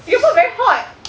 singapore very hot